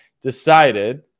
decided